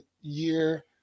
year